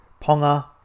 Ponga